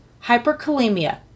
Hyperkalemia